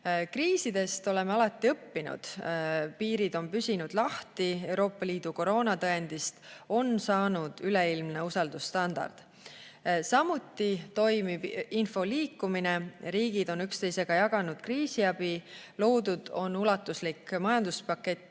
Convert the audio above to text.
Kriisidest oleme alati õppinud. Piirid on püsinud lahti, Euroopa Liidu koroonatõendist on saanud üleilmne usaldusstandard. Samuti toimib info liikumine, riigid on üksteisega jaganud kriisiabi, loodud on ulatuslik majanduspakett